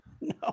No